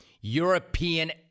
European